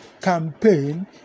campaign